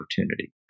opportunity